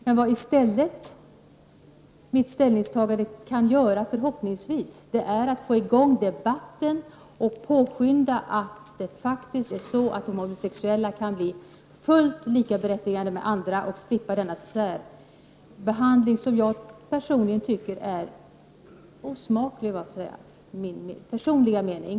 Men mitt ställningstagande kan förhoppningsvis få i gång debatten och påskynda att de homosexuella skall bli fullt likaberättigade med andra och slippa denna särbehandling som jag personligen anser vara osmaklig.